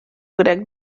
grec